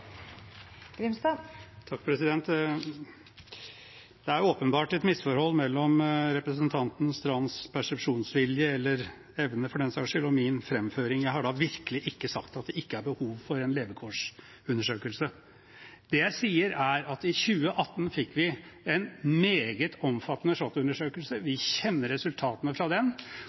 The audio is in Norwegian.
åpenbart et misforhold mellom representanten Strands persepsjonsvilje – eller -evne, for den saks skyld – og min framføring. Jeg har da virkelig ikke sagt at det ikke er behov for en levekårsundersøkelse. Det jeg sier, er at i 2018 fikk vi en meget omfattende SHoT-undersøkelse – vi kjenner resultatene fra den.